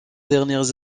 dernières